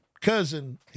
cousin